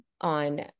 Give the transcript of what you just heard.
on